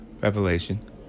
Revelation